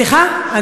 סליחה,